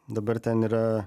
dabar ten yra